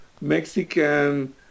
Mexican